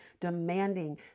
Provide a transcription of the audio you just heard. demanding